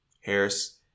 Harris